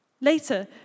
Later